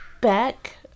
back